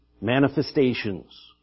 manifestations